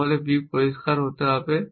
তাহলে b পরিষ্কার হতে হবে